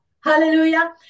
Hallelujah